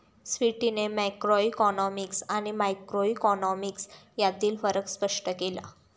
स्वीटीने मॅक्रोइकॉनॉमिक्स आणि मायक्रोइकॉनॉमिक्स यांतील फरक स्पष्ट केला